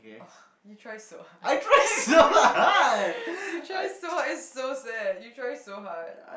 you try so hard you try so hard it's so sad you try so hard